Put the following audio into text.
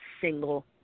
single